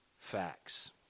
facts